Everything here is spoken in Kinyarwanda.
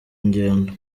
ngendo